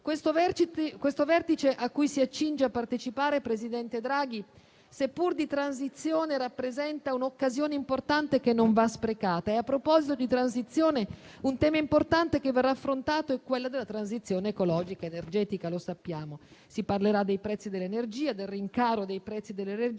Questo vertice cui si accinge a partecipare, presidente Draghi, seppur di transizione, rappresenta un'occasione importante, che non va sprecata. A proposito di transizione, un tema importante che verrà affrontato è quello della transizione ecologica ed energetica, lo sappiamo. Si parlerà, del rincaro dei prezzi dell'energia,